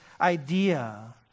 idea